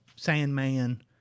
Sandman